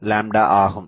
75 ஆகும்